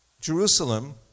Jerusalem